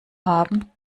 haben